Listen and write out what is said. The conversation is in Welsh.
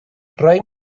rai